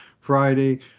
Friday